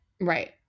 Right